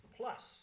plus